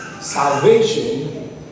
Salvation